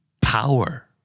Power